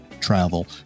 travel